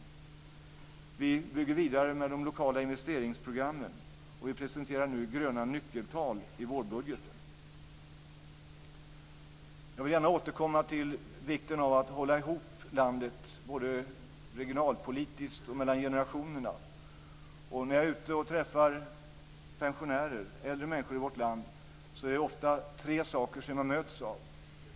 Vi bygger vidare med de lokala investeringsprogrammen, och vi presenterar nu gröna nyckeltal i vårbudgeten. Jag vill gärna återkomma till vikten av att hålla ihop landet - både regionalpolitiskt och vad gäller generationerna. När jag är ute och träffar pensionärer - äldre människor i vårt land - är det ofta tre saker som jag möts av.